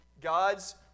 God's